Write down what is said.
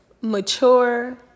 mature